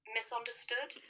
misunderstood